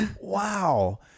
wow